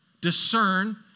discern